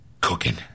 cooking